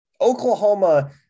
Oklahoma